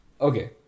Okay